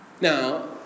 Now